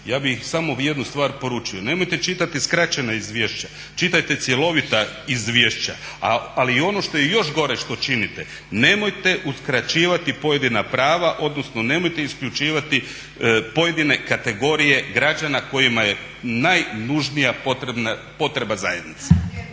Ja bih samo jednu stvar poručio, nemojte čitati skraćena izvješća, čitajte cjelovita izvješća. Ali ono što je još gore što činite, nemojte uskraćivati pojedina prava odnosno nemojte isključivati pojedine kategorije građana kojima je najnužnija potreba zajednice.